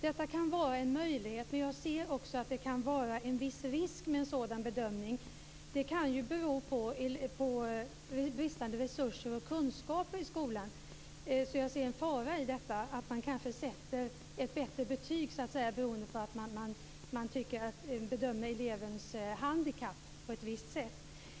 Detta kan vara en möjlighet men jag ser också att det kan finnas en viss risk med en sådan bedömning. Det kan ju bero på bristande resurser och kunskaper i skolan. Jag ser alltså en fara i att man kanske sätter ett bättre betyg beroende på att man bedömer elevens handikapp på ett visst sätt.